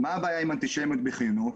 מה הבעיה עם אנטישמיות בחינוך?